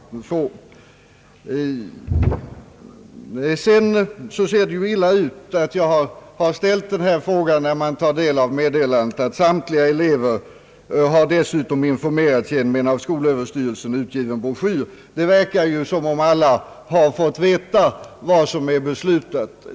Det ser ju illa ut att jag har ställt denna fråga, när man tar del av meddelandet att »samtliga elever dessutom har informerats genom en av skolöverstyrelsen utgiven broschyr». Det verkar ju som om alla har fått veta vad som är beslutat.